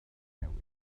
newydd